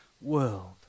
world